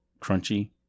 Crunchy